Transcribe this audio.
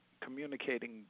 communicating